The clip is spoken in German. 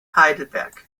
heidelberg